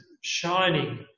shining